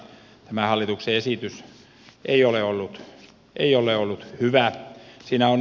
tämä hallituksen esitys ei ole ollut hyvä